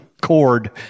cord